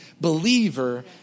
believer